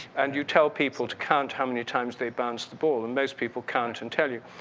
and you tell people to count how many times they bounce the ball and most people count and tell you.